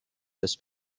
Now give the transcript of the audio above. this